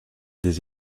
des